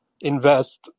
invest